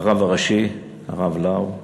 הרב הראשי הרב לאו,